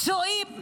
פצועים בעזה,